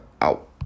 out